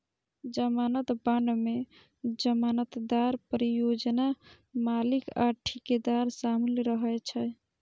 जमानत बांड मे जमानतदार, परियोजना मालिक आ ठेकेदार शामिल रहै छै